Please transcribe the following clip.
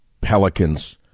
pelicans